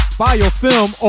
biofilm